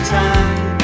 time